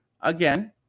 again